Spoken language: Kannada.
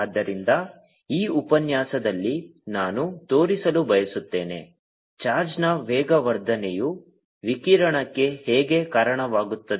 ಆದ್ದರಿಂದ ಈ ಉಪನ್ಯಾಸದಲ್ಲಿ ನಾನು ತೋರಿಸಲು ಬಯಸುತ್ತೇನೆ ಚಾರ್ಜ್ನ ವೇಗವರ್ಧನೆಯು ವಿಕಿರಣಕ್ಕೆ ಹೇಗೆ ಕಾರಣವಾಗುತ್ತದೆ